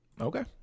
Okay